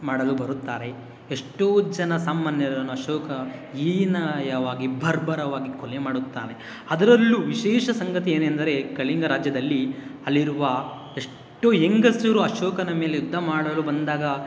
ಮಾಡಲು ಬರುತ್ತಾರೆ ಎಷ್ಟೋ ಜನ ಸಾಮಾನ್ಯರನ್ನು ಅಶೋಕ ಹೀನಾಯವಾಗಿ ಬರ್ಬರವಾಗಿ ಕೊಲೆ ಮಾಡುತ್ತಾನೆ ಅದರಲ್ಲೂ ವಿಶೇಷ ಸಂಗತಿ ಏನೆಂದರೆ ಕಳಿಂಗ ರಾಜ್ಯದಲ್ಲಿ ಅಲ್ಲಿರುವ ಎಷ್ಟು ಹೆಂಗಸರು ಅಶೋಕನ ಮೇಲೆ ಯುದ್ಧ ಮಾಡಲು ಬಂದಾಗ